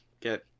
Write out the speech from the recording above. get